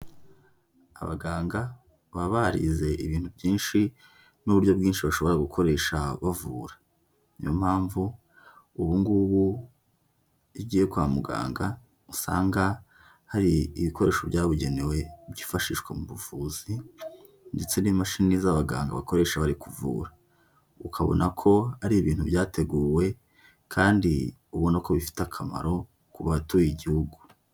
Abaganga baba barize ibintu byinshi n'uburyo bwinshi bashobora gukoresha bavura, ni yo mpamvu ubu ngubu iyo ugiye kwa muganga usanga hari ibikoresho byabugenewe byifashishwa mu buvuzi ndetse n'imashini z'abaganga bakoresha bari kuvura, ukabona ko ari ibintu byateguwe kandi ubona ko bifite akamaro ku batuye igihugu.